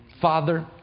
Father